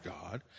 God